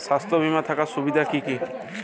স্বাস্থ্য বিমা থাকার সুবিধা কী কী?